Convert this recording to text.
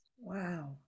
Wow